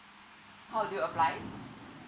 how do you apply